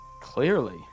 Clearly